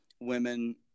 women –